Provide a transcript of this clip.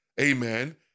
Amen